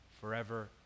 forever